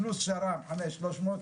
פלוס שר"מ 5,300,